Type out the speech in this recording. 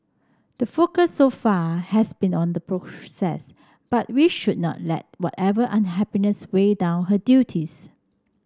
the focus so far has been on the but we should not let whatever unhappiness weigh down her duties